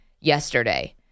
yesterday